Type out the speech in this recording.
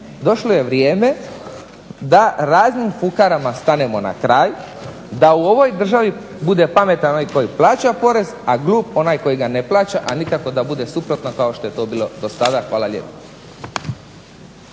Došlo je vrijeme da raznim fukarama stanemo na kraj, da u ovoj državi bude pametan onaj tko plaća porez, a glup onaj tko ga ne plaća a nikako da bude suprotno kao što je to bilo do sada. Hvala lijepo.